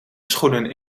schoenen